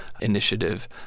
initiative